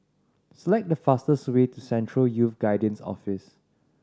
select the fastest way to Central Youth Guidance Office